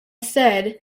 said